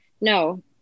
No